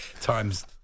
Times